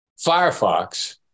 Firefox